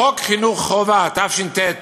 בחוק חינוך חובה, התש"ט 1949,